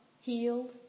healed